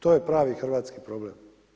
To je pravi hrvatski problem.